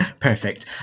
Perfect